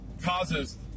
causes